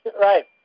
Right